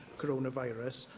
coronavirus